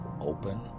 open